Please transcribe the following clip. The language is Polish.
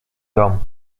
dom